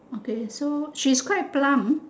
okay so she's quite plump